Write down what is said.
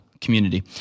community